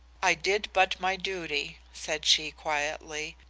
i did but my duty said she quietly.